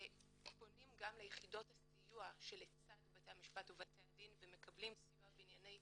פונים גם ליחידות הסיוע שלצד בתי המשפט ובתי הדין ומקבלים סיוע בענייני